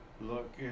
Look